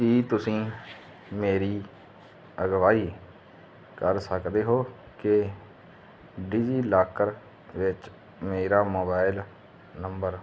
ਕੀ ਤੁਸੀਂ ਮੇਰੀ ਅਗਵਾਈ ਕਰ ਸਕਦੇ ਹੋ ਕਿ ਡਿਜੀਲਾਕਰ ਵਿੱਚ ਮੇਰਾ ਮੋਬਾਈਲ ਨੰਬਰ